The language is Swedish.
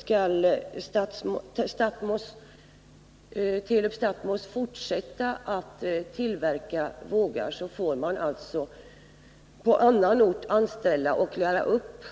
Skall Telub-Stathmos fortsätta att tillverka vågar får företaget alltså på annan ort anställa och lära upp